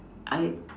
I